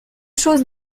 choses